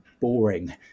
boring